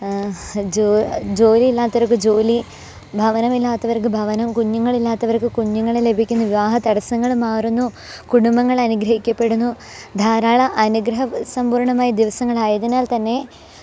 ജോലിയില്ലാത്തവര്ക്ക് ജോലി ഭവനമില്ലാത്തവര്ക്ക് ഭവനം കുഞ്ഞുങ്ങളില്ലാത്തവര്ക്ക് കുഞ്ഞുങ്ങൾ ലഭിക്കുന്നു വിവാഹ തടസ്സങ്ങൾ മാറുന്നു കുടുംബങ്ങൾ അനുഗ്രഹിക്കപ്പെടുന്നു ധാരാളം അനുഗ്രഹ സമ്പൂര്ണ്ണമായ ദിവസങ്ങളായതിനാല്ത്തന്നെ